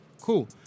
Cool